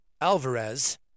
Alvarez